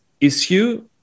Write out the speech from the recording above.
issue